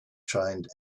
trained